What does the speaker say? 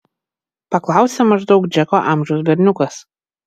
paklausė maždaug džeko amžiaus berniukas